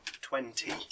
twenty